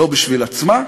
לא בשביל עצמה,